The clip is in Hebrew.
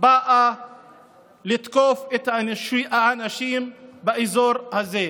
באה לתקוף את האנשים באזור הזה.